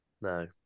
No